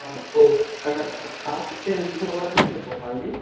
हाँ तो अगर आप आ सकते हैं सुबह वाले में तो आइए